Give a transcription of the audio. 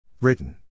Written